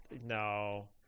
No